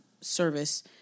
service